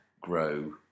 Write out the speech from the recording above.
grow